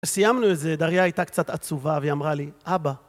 סיימנו את זה, דריה הייתה קצת עצובה, והיא אמרה לי, אבא.